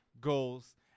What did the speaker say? goals